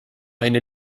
eine